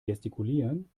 gestikulieren